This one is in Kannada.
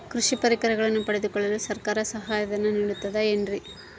ಕೃಷಿ ಪರಿಕರಗಳನ್ನು ಪಡೆದುಕೊಳ್ಳಲು ಸರ್ಕಾರ ಸಹಾಯಧನ ನೇಡುತ್ತದೆ ಏನ್ರಿ?